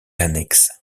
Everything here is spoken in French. annexes